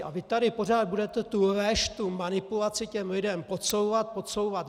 A vy tady pořád budete tu lež, tu manipulaci těm lidem podsouvat, podsouvat!